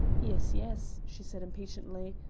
yes, yes, she said impatiently,